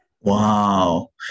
Wow